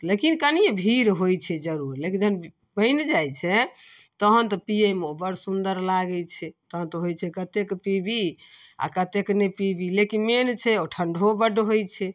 लेकिन कनि भीड़ होइ छै जरूर लेकिन जखन बनि जाइ छै तहन तऽ पिएमे ओ बड़ सुन्दर लागै छै तहन तऽ होइ छै कतेक पिबी आओर कतेक नहि पिबी लेकिन मेन छै ओ ठण्डो बड़ होइ छै